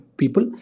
people